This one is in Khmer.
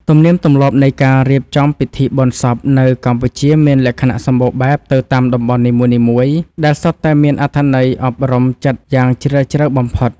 ទំនៀមទម្លាប់នៃការរៀបចំពិធីបុណ្យសពនៅកម្ពុជាមានលក្ខណៈសម្បូរបែបទៅតាមតំបន់នីមួយៗដែលសុទ្ធតែមានអត្ថន័យអប់រំចិត្តយ៉ាងជ្រាលជ្រៅបំផុត។